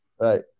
Right